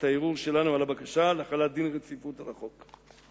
הערעור שלנו על הבקשה להחלת דין רציפות על החוק.